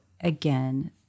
again